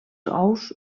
ous